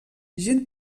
gent